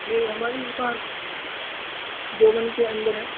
میری ہماری دکان دیوبند کے اندر ہے